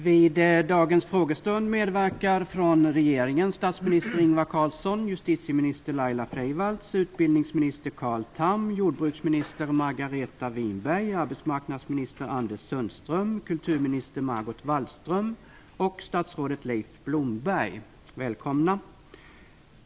Vid dagens frågestund medverkar från regeringen statsminister Ingvar Carlsson, justitieminister Laila Wallström och statsrådet Leif Blomberg. Jag hälsar alla välkomna.